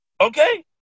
Okay